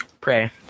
pray